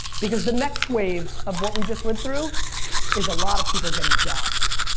because the next wave of what we just lived through is a lot of people getting jobs.